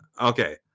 Okay